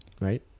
right